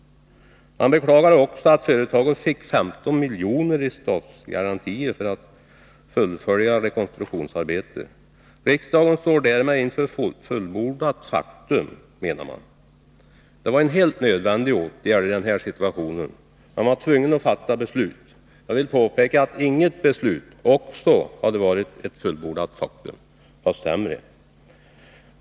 Moderaterna beklagar också att företaget fick 15 miljoner i statsgarantier för att fullfölja rekonstruktionsarbetet. Riksdagen står därmed inför fullbordat faktum, menar moderaterna. Det var helt nödvändiga åtgärder i denna situation — man var tvungen att fatta beslut. Jag vill påpeka, att inget beslut också hade varit fullbordat faktum — fast sämre.